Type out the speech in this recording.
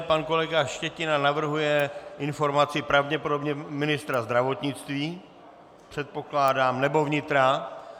Pan kolega Štětina navrhuje informaci pravděpodobně ministra zdravotnictví, předpokládám, nebo vnitra.